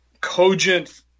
cogent